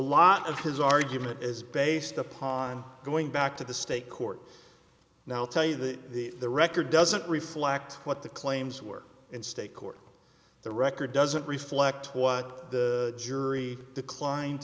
of his argument is based upon going back to the state court now tell you that the the record doesn't reflect what the claims were in state court the record doesn't reflect what the jury decline